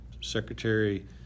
Secretary